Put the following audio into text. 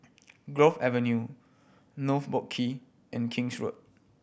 Grove Avenue North Boat Quay and King's Road